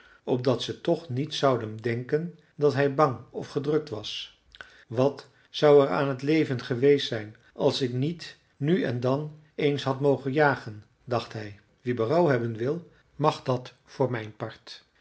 opdat ze toch niet zouden denken dat hij bang of gedrukt was wat zou er aan t leven geweest zijn als ik niet nu en dan eens had mogen jagen dacht hij wie berouw hebben wil mag dat voor mijn part